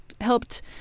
helped